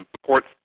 support